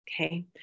Okay